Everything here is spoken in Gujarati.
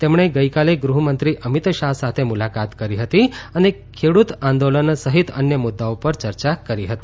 તેમણે ગઇકાલે ગૃહ્મંત્રી અમિત શાહ સાથે મુલાકાત કરી હતી અને ખેડૂત આંદોલતન સહિત અન્ય મુદ્દાઓ પર ચર્ચા કરી હતી